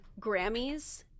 Grammys